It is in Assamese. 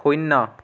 শূন্য